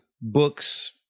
books